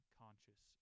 conscious